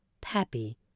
Pappy